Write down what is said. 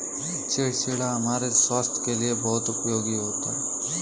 चिचिण्डा हमारे स्वास्थ के लिए बहुत उपयोगी होता है